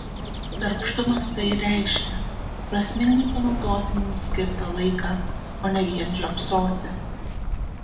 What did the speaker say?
darbštumas tai ir reiškia prasmingai panaudoti mums skirtą laiką o ne vien žiopsoti